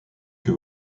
que